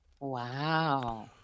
Wow